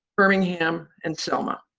birmingham, and selma.